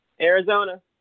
Arizona